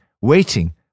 waiting